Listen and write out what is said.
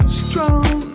strong